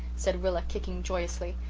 said rilla, kicking joyously.